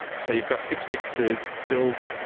so you've got six weeks to build,